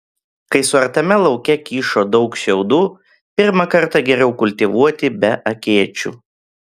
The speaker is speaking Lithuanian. kai suartame lauke kyšo daug šiaudų pirmą kartą geriau kultivuoti be akėčių